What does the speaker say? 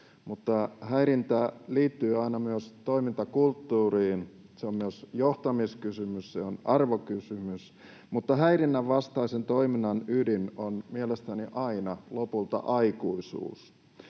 häirintä liittyy aina myös toimintakulttuuriin. Se on myös johtamiskysymys, se on arvokysymys, mutta häirinnän vastaisen toiminnan ydin on mielestäni aina lopulta aikuisuus.